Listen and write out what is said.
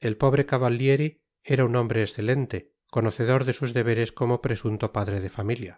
el pobre cavallieri era un hombre excelente conocedor de sus deberes como presunto padre de familia